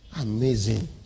Amazing